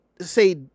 say